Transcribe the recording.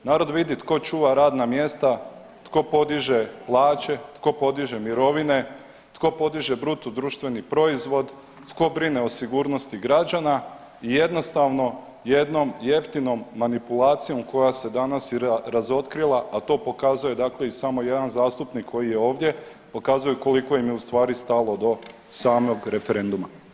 Narod vidi tko čuva radna mjesta, tko podiže plaće, tko podiže mirovine, tko podiže bruto društveni proizvod, tko brine o sigurnosti građana i jednostavno jednom jeftinom manipulacijom koja se danas i razotkrila, a to pokazuje dakle i samo jedan zastupnik koji je ovdje pokazuje koliko im je ustvari stalo do samog referenduma.